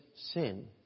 sin